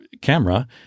camera